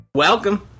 Welcome